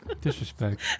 Disrespect